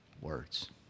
words